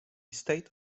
state